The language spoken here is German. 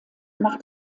nach